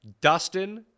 Dustin